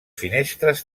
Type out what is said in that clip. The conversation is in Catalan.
finestres